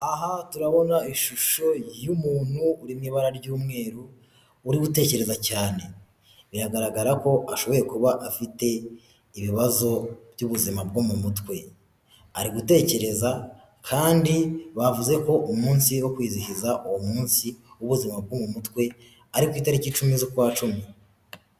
Aha turabona ishusho y'umuntu uri mu ibara ry'umweru, uri gutekereza cyane, biragaragara ko ashoboye kuba afite ibibazo by'ubuzima bwo mu mutwe, ari gutekereza kandi bavuze ko umunsi wo kwizihiza uwo munsi w'ubuzima bwo mu mutwe, ari ku itariki icumi z'ukwa cumi.